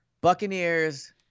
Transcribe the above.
Buccaneers